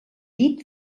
dit